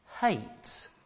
Hate